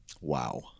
Wow